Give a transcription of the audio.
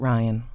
Ryan